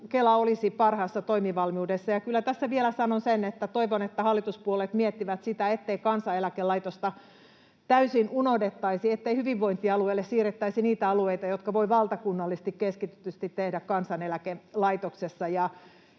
kyllä tässä vielä sanon sen, että toivon, että hallituspuolueet miettivät sitä, ettei Kansaneläkelaitosta täysin unohdettaisi, ettei hyvinvointialueille siirrettäisi niitä alueita, jotka voidaan valtakunnallisesti keskitetysti tehdä Kansaneläkelaitoksessa.